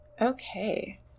Okay